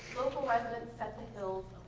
local residents set the hills